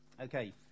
Okay